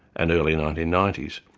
and early nineteen ninety s,